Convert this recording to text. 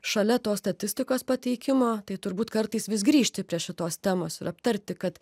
šalia tos statistikos pateikimo tai turbūt kartais vis grįžti prie šitos temos ir aptarti kad